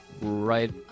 right